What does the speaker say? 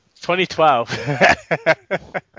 2012